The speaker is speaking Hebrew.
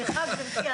סליחה גברתי,